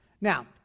Now